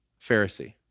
Pharisee